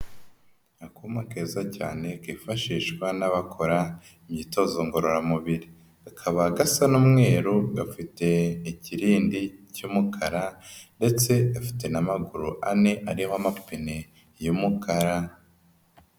Akuma keza cyane kifashishwa n'abakora imyitozo ngororamubiri. Kakaba gasa n'umweru, gafite ikirindi cy'umukara ndetse gafite n'amaguru ane ariho amapine y'umukara.